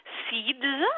seeds